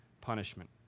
punishment